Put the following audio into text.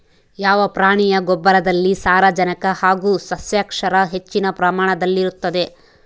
ಯಾವ ಪ್ರಾಣಿಯ ಗೊಬ್ಬರದಲ್ಲಿ ಸಾರಜನಕ ಹಾಗೂ ಸಸ್ಯಕ್ಷಾರ ಹೆಚ್ಚಿನ ಪ್ರಮಾಣದಲ್ಲಿರುತ್ತದೆ?